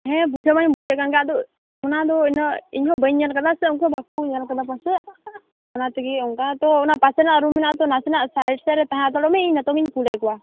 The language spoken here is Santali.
ᱦᱮᱸ ᱵᱩᱡᱷᱟᱹᱣ ᱢᱟᱹᱣ ᱵᱩᱡᱷᱟᱹᱣᱮᱫ ᱠᱟᱱ ᱜᱮ ᱟᱫᱚ ᱚᱱᱟ ᱫᱚ ᱤᱱᱟᱹᱜ ᱤᱧ ᱦᱚᱸ ᱵᱟᱹᱧ ᱧᱮᱞ ᱟᱠᱟᱫᱟ ᱥᱮ ᱩᱱᱠᱩ ᱵᱟ ᱠᱩ ᱧᱮᱞᱠᱟᱫᱟ ᱯᱟᱥᱮᱡ ᱚᱱᱟ ᱛᱮᱜᱮ ᱚᱱᱠᱟ ᱛᱚ ᱚᱱᱟ ᱯᱟᱥᱮᱨᱮᱱᱟᱜ ᱨᱩᱢ ᱢᱮᱱᱟᱜ ᱟᱛᱚ ᱱᱟᱥᱮᱱᱟᱜ ᱥᱟᱭᱤᱴ ᱥᱮᱫ ᱨᱮ ᱛᱟᱦᱮᱸ ᱦᱟᱛᱟᱲᱚᱜ ᱢᱮ ᱤᱧ ᱱᱤᱛᱚᱝ ᱜᱮᱧ ᱠᱩᱞᱮᱫ ᱠᱚᱣᱟ